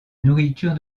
nourriture